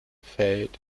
feld